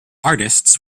artists